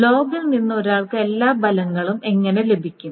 ലോഗിൽ നിന്ന് ഒരാൾക്ക് എല്ലാ ഫലങ്ങളും എങ്ങനെ ലഭിക്കും